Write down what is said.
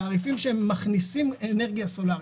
תעריפים שמכניסים אנרגיה סולרית.